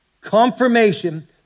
confirmation